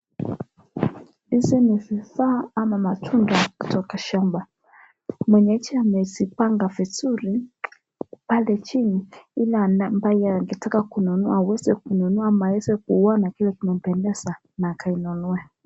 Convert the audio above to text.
Hizi ni vifaa ama matunda kutoka shamba, mwenyeji amezipanga vizuri pale chini ili ambaye angeweza kununua aweze kununua au aweze kuona kile ambacho kinampendeza ili aweze kununua.